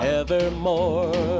evermore